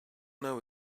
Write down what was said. know